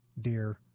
dear